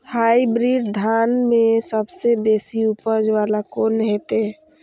Hybrid धान में सबसे बेसी उपज बाला कोन हेते?